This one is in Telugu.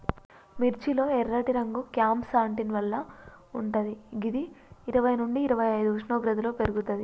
మిర్చి లో ఎర్రటి రంగు క్యాంప్సాంటిన్ వల్ల వుంటది గిది ఇరవై నుండి ఇరవైఐదు ఉష్ణోగ్రతలో పెర్గుతది